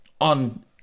on